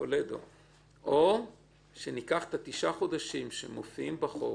או שניקח את תשעת החודשים שמופיעים בחוק